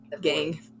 gang